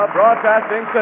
Broadcasting